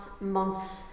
months